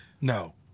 No